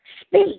Speak